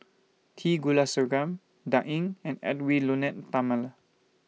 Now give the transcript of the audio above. T Kulasekaram Dan Ying and Edwy Lyonet Talma